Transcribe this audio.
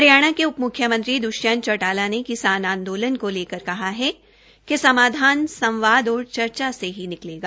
हरियाणा के उप मुख्यमंत्री दुष्यंत चौटाला ने किसान आंदोलन को लेकर कहा है कि समाधान संवाद और चर्चा से ही निकलेगा